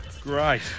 Great